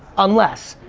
unless.